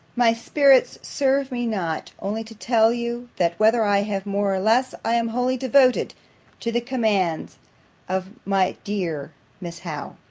my spirits serve me not, only to tell you, that whether i have more or less, i am wholly devoted to the commands of my dear miss howe.